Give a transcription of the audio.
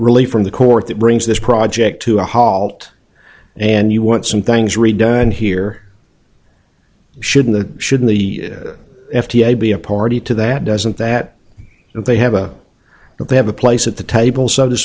f from the court that brings this project to a halt and you want some things redone here shouldn't the shouldn't the f d a be a party to that doesn't that they have a they have a place at the table so to